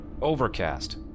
Overcast